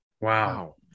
Wow